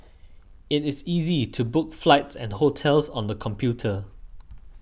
it is easy to book flights and hotels on the computer